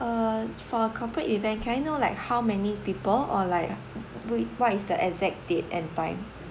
uh for a corporate event can I like how many people or like what what is the exact date and time